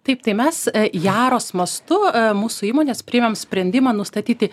taip tai mes jaros mastu mūsų įmonės priėmėm sprendimą nustatyti